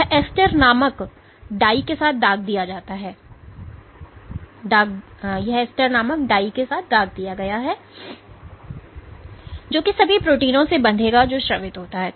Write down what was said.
यह एस्टर नामक डाई के साथ दाग दिया गया है जो कि सभी प्रोटीनों से बंधेगा जो स्रावित होता है